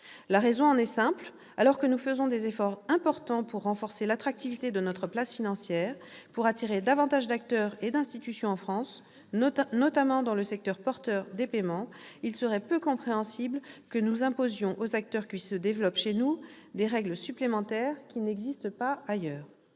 La raison en est simple : alors que nous faisons des efforts importants pour renforcer l'attractivité de notre place financière en vue d'attirer davantage d'acteurs et d'institutions en France, notamment dans le secteur porteur des paiements, il serait peu compréhensible que nous imposions aux acteurs qui se développent chez nous des règles supplémentaires qui n'existent pas ailleurs.